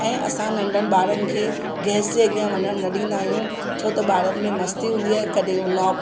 ऐं असां नंढनि ॿारनि खे गैस जे अॻियां वञणु न डींदा आहियूं छो त ॿारनि में मस्ती हूंदी आहे कॾहिं हू नॉब